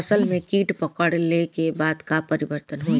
फसल में कीट पकड़ ले के बाद का परिवर्तन होई?